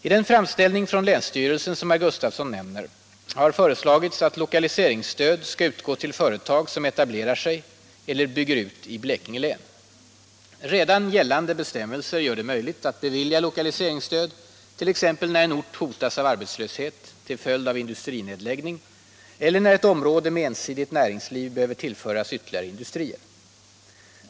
I den framställning från länsstyrelsen som herr Gustafsson nämner har föreslagits att lokaliseringsstöd skall utgå till företag som etablerar sig eller bygger ut i Blekinge län. Redan gällande bestämmelser gör det möjligt att bevilja lokaliseringsstöd, t.ex. när en ort hotas av arbetslöshet sysselsättningen i Blekinge till följd av industrinedläggning eller när ett område med ensidigt näringsliv behöver tillföras ytterligare industrier.